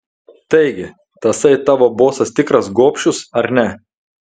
taigi tasai tavo bosas tikras gobšius ar ne